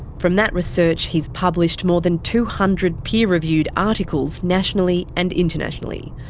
from that research he has published more than two hundred peer-reviewed articles nationally and internationally.